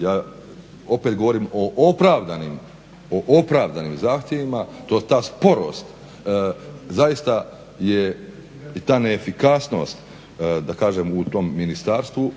ja opet govorim o opravdanim zahtjevima, ta sporost zaista je i ta neefikasnost u tom ministarstvu